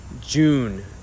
June